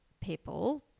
people